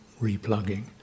replugging